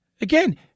again